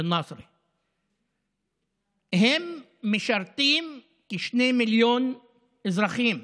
הם משרתים כשני מיליון אזרחים,